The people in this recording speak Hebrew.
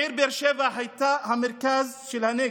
העיר באר שבע הייתה המרכז של הנגב,